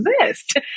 exist